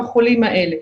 בחולים האלה.